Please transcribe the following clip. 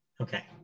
Okay